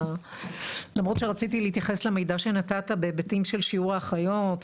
למרות שרציתי להתייחס למידע שנתת בהיבטים של שיעור האחיות,